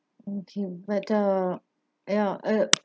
okay but uh ya uh